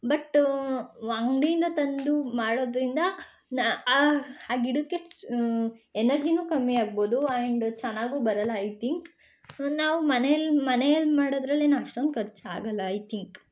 but ಅಂಗಡಿಯಿಂದ ತಂದು ಮಾಡೋದರಿಂದ ನ ಆ ಆ ಗಿಡಕ್ಕೆ ಎನರ್ಜಿನೂ ಕಮ್ಮಿಯಾಗ್ಬೋದು ಆ್ಯಂಡ್ ಚೆನ್ನಾಗೂ ಬರೋಲ್ಲ ಐ ತಿಂಕ್ ನಾವು ಮನೆಯಲ್ಲಿ ಮನೆಯಲ್ಲಿ ಮಾಡೋದ್ರಲ್ಲಿ ಏನು ಅಷ್ಟೊಂದು ಖರ್ಚು ಆಗೋಲ್ಲ ಐ ತಿಂಕ್